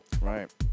Right